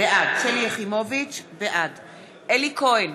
בעד אלי כהן,